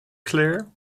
claire